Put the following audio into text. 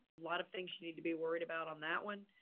lot of things you need to be worried about on that one.